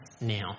now